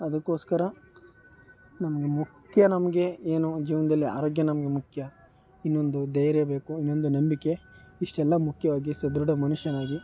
ಅದಕ್ಕೋಸ್ಕರ ನಮಗೆ ಮುಖ್ಯ ನಮಗೆ ಏನು ಜೀವನದಲ್ಲಿ ಆರೋಗ್ಯ ನಮಗೆ ಮುಖ್ಯ ಇನ್ನೊಂದು ಧೈರ್ಯ ಬೇಕು ಇನ್ನೊಂದು ನಂಬಿಕೆ ಇಷ್ಟೆಲ್ಲ ಮುಖ್ಯವಾಗಿ ಸದೃಢ ಮನುಷ್ಯನಾಗಿ